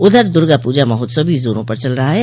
उधर दुर्गा पूजा महोत्सव भी जोरो पर चल रहा है